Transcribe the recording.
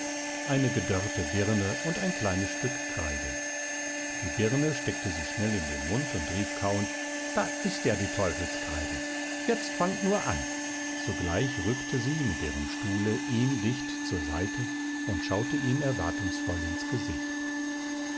eine gedörrte birne und ein kleines stück kreide die birne steckte sie schnell in den mund und rief kauend da ist die teufelskreide jetzt fangt nur an zugleich rückte sie mit ihrem stuhle ihm dicht zur seite und schaute ihm erwartungsvoll ins gesicht